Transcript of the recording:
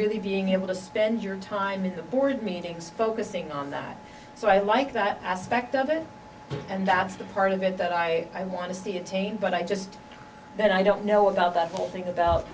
really being able to spend your time in the board meetings focusing on that so i like that aspect of it and that's the part of it that i want to see attain but i just that i don't know about that whole thing about